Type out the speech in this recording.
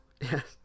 Yes